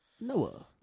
Noah